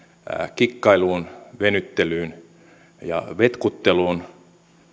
kikkailuun venyttelyyn ja vetkutteluun